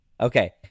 Okay